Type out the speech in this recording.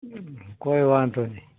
કોઇ વાંધો નહીં